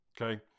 Okay